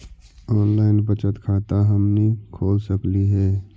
Online बचत खाता हमनी खोल सकली हे?